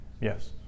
Yes